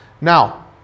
Now